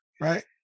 right